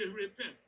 repent